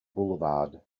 boulevard